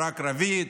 ברק רביד,